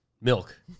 milk